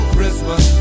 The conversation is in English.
Christmas